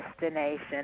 destination